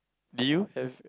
do you have